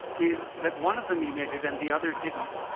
is that one of them emitted and the other didn't.